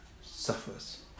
suffers